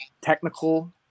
technical